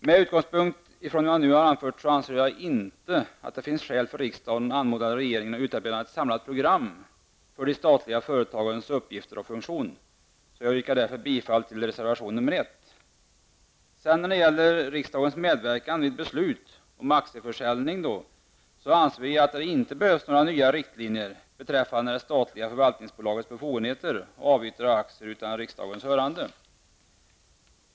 Med utgångspunkt ifrån vad jag nu har anfört anser jag inte att det finns skäl för riksdagen att anmoda regeringen att utarbeta ett samlat program för de statliga företagens uppgifter och funktion. Jag yrkar därför bifall till reservation nr 1. När det gäller riksdagens medverkan vid beslut om aktieförsäljning anser vi att det inte behövs några nya riktlinjer beträffande det statliga förvaltningsbolagets befogenheter att avyttra aktier utan riksdagens hörande.